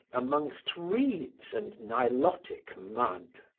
amongst reeds and nilotic mud.